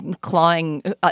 clawing